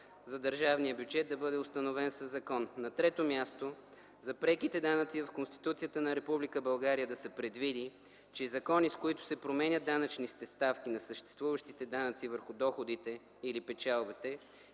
за държавния бюджет, да бъде установен със закон. На трето място, за преките данъци в Конституцията на Република България да се предвиди, че законите, с които се променят данъчните ставки на съществуващите данъци върху доходите или печалбите,